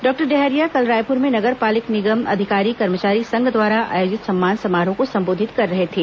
doctor Dahariya कल रायपूर में नगर पालिक निगम अधिकारी कर्मचारी संघ द्वारा आयोजित सम्मान समारोह को सम्बोधित कर रहे थे